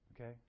Okay